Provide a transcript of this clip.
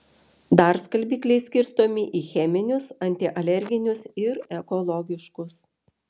dar skalbikliai skirstomi į cheminius antialerginius ir ekologiškus